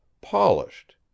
polished